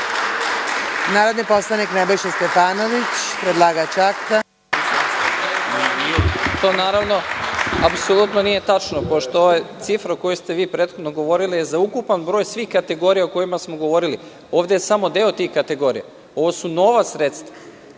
narodni poslanik Nebojša Stefanović. **Nebojša Stefanović** Naravno, to nije tačno, pošto cifra o kojoj ste prethodno govorili je za ukupan broj svih kategorija o kojima smo govorili. Ovde je samo deo tih kategorija. Ovo su nova sredstva